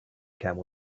camel